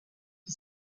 qui